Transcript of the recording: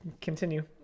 continue